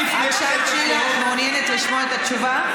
את שאלת שאלה, את מעוניינת לשמוע את התשובה?